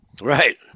Right